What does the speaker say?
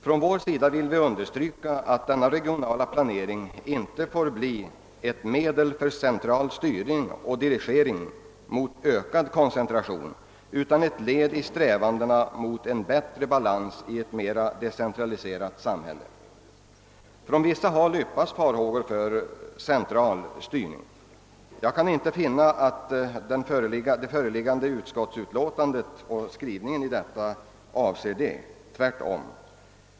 Från vårt håll vill vi understryka att denna regionala planering inte får bli ett medel för central styrning och dirigering mot ökad koncentration, utan måste vara ett led i strävandena mot en bättre balans i ett mera decentraliserat samhälle. Från vissa håll yppas farhågor för central styrning. Jag kan inte finna att skrivningen i förevarande utlåtande syftar till en sådan — tvärtom.